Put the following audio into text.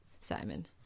Simon